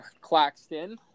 Claxton